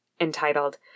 entitled